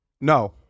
no